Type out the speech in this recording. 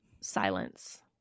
silence